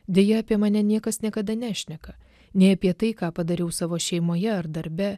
deja apie mane niekas niekada nešneka nei apie tai ką padariau savo šeimoje ar darbe